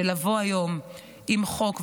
של לבוא היום עם חוק,